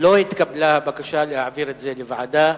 לא התקבלה הבקשה להעביר את זה לוועדה,